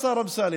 השר אמסלם,